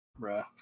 Bruh